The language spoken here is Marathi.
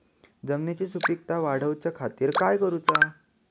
जमिनीची सुपीकता वाढवच्या खातीर काय करूचा?